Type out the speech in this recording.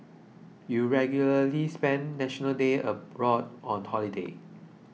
you regularly spend National Day abroad on holiday